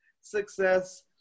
success